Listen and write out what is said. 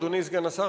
אדוני סגן השר,